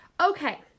okay